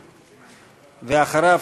ואחריו,